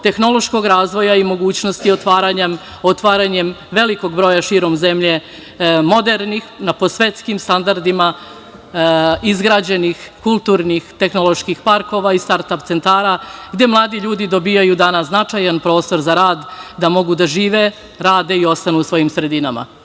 tehnološkog razvoja i mogućnosti otvaranja velikog broja širom zemlje modernih, po svetskim standardima, izgrađenih kulturnih tehnoloških parkova i start ap centara, gde mladi ljudi dobijaju značajan prostor za rad, da mogu da žive, rade i ostanu u svojim sredinama. To